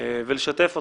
ולשתף אותך.